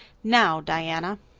now, diana.